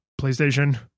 PlayStation